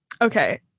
Okay